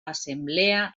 assemblea